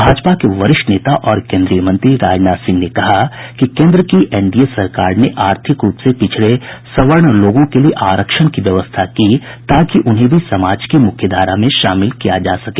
भाजपा के वरिष्ठ नेता और केन्द्रीय मंत्री राजनाथ सिंह ने कहा कि केन्द्र की एनडीए सरकार ने आर्थिक रूप से पिछड़े सवर्ण लोगों के लिए आरक्षण की व्यवस्था की ताकि उन्हें भी समाज की मुख्यधारा में शामिल किया जा सके